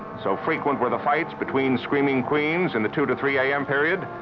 so frequent were the fights between screaming queens in the two to three am period,